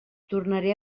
tornaré